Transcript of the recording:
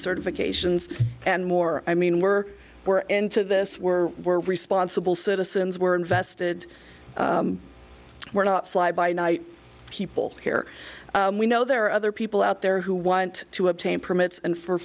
certifications and more i mean we're we're into this we're we're responsible citizens were invested we're not fly by night people care we know there are other people out there who want to obtain permits and for